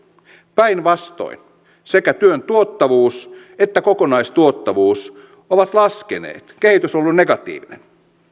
päinvastoin sekä työn tuottavuus että kokonaistuottavuus ovat laskeneet kehitys on ollut negatiivinen